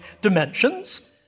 dimensions